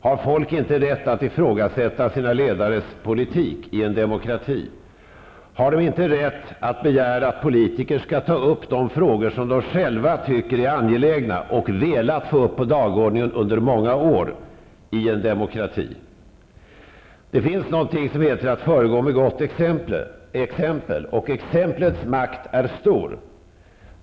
Har folk inte rätt att ifrågasätta sina ledares politik i en demokrati? Har de inte i en demokrati rätt att begära att politiker skall ta upp de frågor som de själva tycker är angelägna och har velat få upp på dagordningen under många år? Det finns någonting som heter att föregå med gott exempel, och exemplets makt är stor.